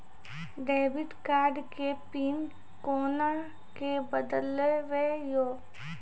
Debit card के pin कोना के बदलबै यो?